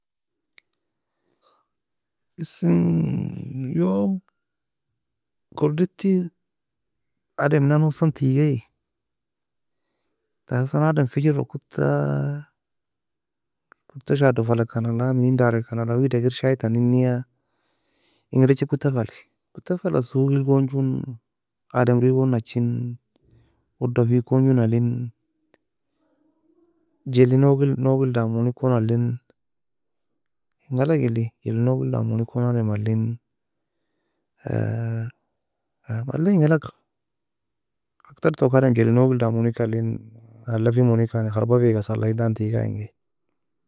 يوم kudaty ademin nanna hosan teagai, ta hosan adem fejiro kota, kota shadoka fala, nalna menin darika nala waeda kir shaitani neia, enigiecha kota faliy, kota fala soghill gon joen ademri gon nachin. Odda fikon joe nalien, jaly nouegel nougeel damonekon alien, englag elin, jely nougeel damoni ekon adem alien, malay enga alagra, akterto adem jely nougeel damonieka alien, ala femonika yani khrbafeika salahin tan teaga engae.